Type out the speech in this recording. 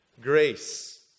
Grace